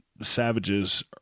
savages